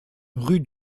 rue